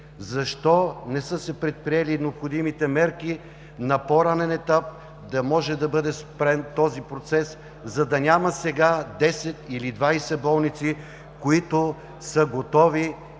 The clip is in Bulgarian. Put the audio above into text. защо не са се предприели необходимите мерки на по-ранен етап да може да бъде спрян този процес, за да няма сега 10 или 20 болници, които са готови